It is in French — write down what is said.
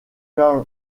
karl